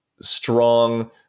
strong